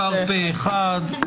הצבעה אושר הצעת החוק אושרה פה אחד.